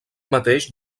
mateix